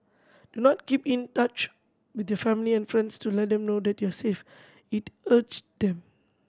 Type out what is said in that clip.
do not keep in touch with your family and friends to let them know that you are safe it urged them